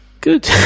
Good